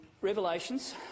revelations